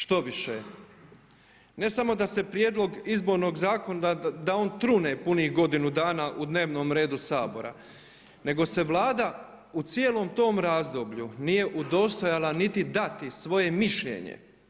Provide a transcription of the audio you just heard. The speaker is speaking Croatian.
Štoviše, ne samo da se prijedlog izbornog zakona, da on trune punih godinu dana u dnevnom redu sabora, nego se vlada u cijelim tom razdoblju, nije udostojala niti dati svoje mišljenje.